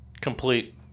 Complete